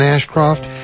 Ashcroft